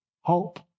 hope